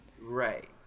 Right